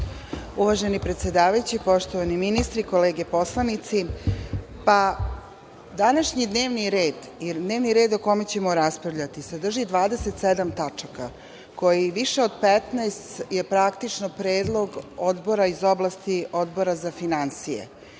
Uvažena predsedavajuća, poštovani ministri, kolege poslanici, današnji dnevni red je dnevni red o kome ćemo raspravljati i sadrži 27 tačaka, gde je više od 15 praktično predlog odbora iz oblasti Odbora za finansije.